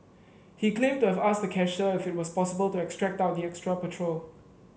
he claimed to have asked the cashier if it was possible to extract out the extra petrol